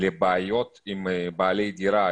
לבעיות עם בעלי דירה,